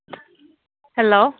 hello